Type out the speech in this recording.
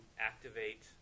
activate